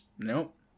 Nope